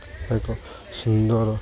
ଏକ ସୁନ୍ଦର